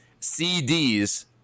cds